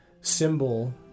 symbol